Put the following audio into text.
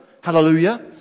Hallelujah